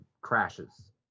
crashes